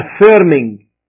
affirming